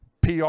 PR